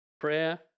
Prayer